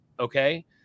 Okay